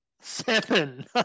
Seven